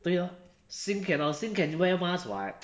对 lor sing cannot sing can wear mask [what]